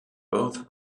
both